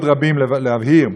בשביל עוד רבים להבהיר: